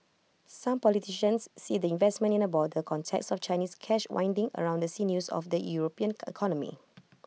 some politicians see the investment in A broader context of Chinese cash winding around the sinews of the european economy